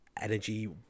energy